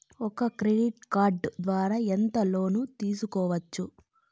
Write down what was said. ఒక credit card ద్వారా ఎంత లోను తీసుకోవచ్చు?